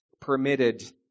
permitted